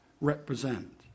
represent